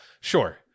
sure